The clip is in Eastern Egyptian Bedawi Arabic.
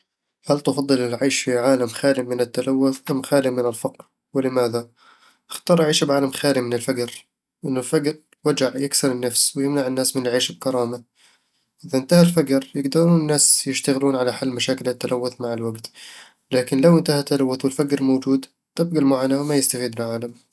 هل تفضل العيش في عالم خالٍ من التلوث أم خالٍ من الفقر؟ ولماذا؟ أختار أعيش بعالم خالي من الفقر لأن الفقر وجع يكسر النفس ويمنع الناس من العيش بكرامة إذا انتهى الفقر، يقدرون الناس يشتغلون على حل مشاكل التلوث مع الوقت لكن لو انتهى التلوث والفقر موجود، تبقى المعاناة وما يستفيد العالم